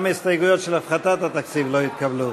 גם ההסתייגויות של הפחתת התקציב לא התקבלו.